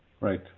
Right